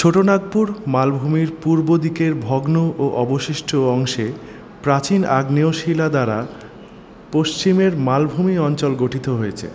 ছোটোনাগপুর মালভূমির পূর্ব দিকের ভগ্ন ও অবশিষ্ট অংশে প্রাচীন আগ্নেও শিলা দ্বারা পশ্চিমের মালভূমি অঞ্চল গঠিত হয়েছে